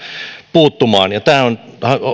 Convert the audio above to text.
puuttumaan ja tämän on